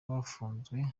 bafunzwe